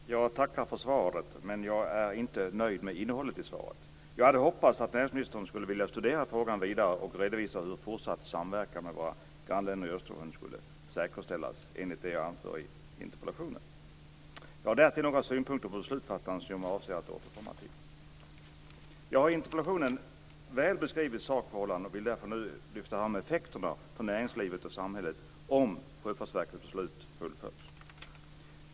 Fru talman! Jag tackar för svaret, men jag är inte nöjd med innehållet i svaret. Jag hade hoppats att näringsministern skulle vilja studera frågan vidare och redovisa hur fortsatt samverkan med våra grannländer i Östersjön skulle säkerställas enligt det som jag anför i interpellationen. Jag har därtill några synpunkter på beslutsfattandet som jag avser att återkomma till. Jag har i interpellationen väl beskrivit sakförhållandena och vill därför nu lyfta fram effekterna på näringslivet och samhället om Sjöfartsverkets beslut fullföljs.